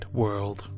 world